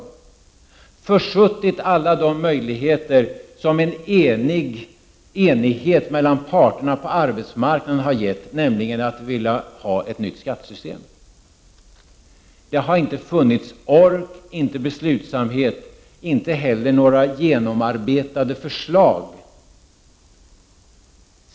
Man har försuttit alla de möjligheter som en enighet mellan parterna på arbetsmarknaden har givit, nämligen att vilja ha ett nytt skattesystem. Det har varken funnits ork, beslutsamhet eller några genomarbetade förslag.